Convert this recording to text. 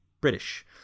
British